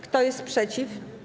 Kto jest przeciw?